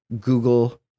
Google